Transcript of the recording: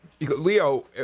Leo